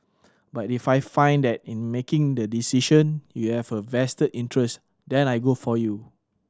but if I find that in making the decision you have a vested interest then I go for you